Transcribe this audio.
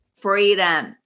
Freedom